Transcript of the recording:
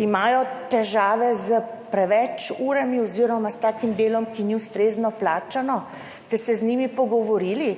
Imajo težave s preveč urami oziroma s takim delom, ki ni ustrezno plačano? Ste se z njimi pogovorili?